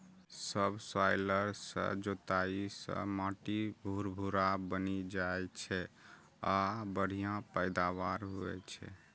subsoiler सं जोताइ सं माटि भुरभुरा बनि जाइ छै आ बढ़िया पैदावार होइ छै